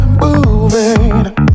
moving